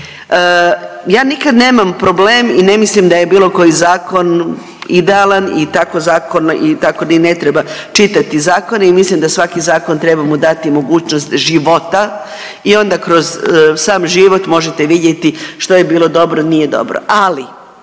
Ja nikad nemam problem i ne mislim da je bilo koji zakon idealan i tako zakon i tako ni ne treba čitati zakone i mislim da svaki zakon trebamo dati mogućnost života i onda kroz sam život možete vidjeti što je bilo dobro, nije dobro, ali